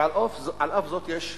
ועל אף זאת, יש הבדלים.